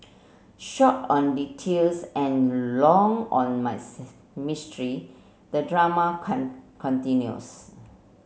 short on details and long on mystery the drama continues